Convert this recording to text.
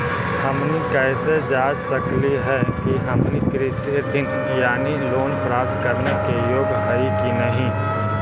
हमनी कैसे जांच सकली हे कि हमनी कृषि ऋण यानी लोन प्राप्त करने के योग्य हई कि नहीं?